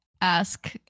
ask